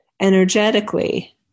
energetically